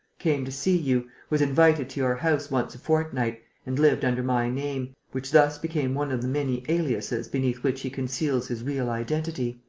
came to see you was invited to your house once a fortnight and lived under my name, which thus became one of the many aliases beneath which he conceals his real identity.